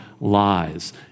lies